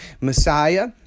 Messiah